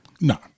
No